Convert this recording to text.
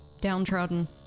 downtrodden